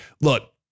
Look